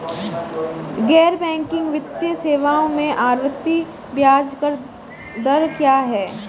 गैर बैंकिंग वित्तीय सेवाओं में आवर्ती ब्याज दर क्या है?